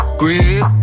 grip